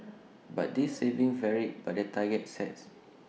but this saving varied by the targets sets